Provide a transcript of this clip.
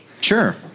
Sure